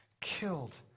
killed